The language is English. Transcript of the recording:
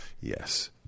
yes